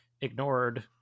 ignored